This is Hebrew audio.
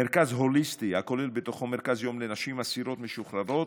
מרכז הוליסטי הכולל בתוכו מרכז יום לנשים אסירות משוחררות.